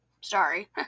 Sorry